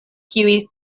kiuj